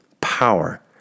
power